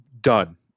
done